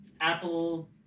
Apple